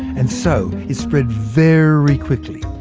and so it spread very quickly,